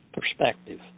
Perspective